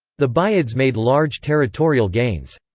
the buyids made large territorial gains.